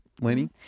Lainey